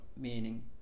meaning